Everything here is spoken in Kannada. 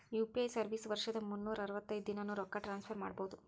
ಯು.ಪಿ.ಐ ಸರ್ವಿಸ್ ವರ್ಷದ್ ಮುನ್ನೂರ್ ಅರವತ್ತೈದ ದಿನಾನೂ ರೊಕ್ಕ ಟ್ರಾನ್ಸ್ಫರ್ ಮಾಡ್ಬಹುದು